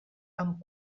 amb